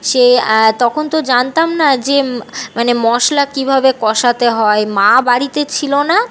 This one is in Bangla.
সে তখন তো জানতাম না যে মানে মশলা কীভাবে কষাতে হয় মা বাড়িতে ছিলো না